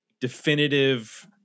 definitive